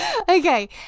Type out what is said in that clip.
okay